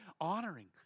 honoring